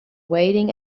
waiting